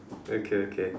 okay okay